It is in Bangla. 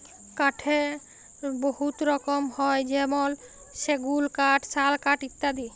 কাঠের বহুত রকম হ্যয় যেমল সেগুল কাঠ, শাল কাঠ ইত্যাদি